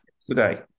today